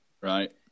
Right